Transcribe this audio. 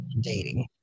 Dating